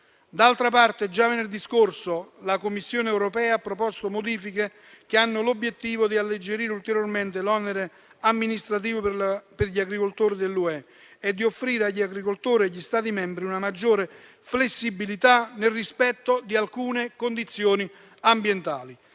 D'altra parte, già venerdì scorso la Commissione europea ha proposto modifiche che hanno l'obiettivo di alleggerire ulteriormente l'onere amministrativo per gli agricoltori dell'UE e di offrire agli agricoltori e agli Stati membri una maggiore flessibilità nel rispetto di alcune condizioni ambientali,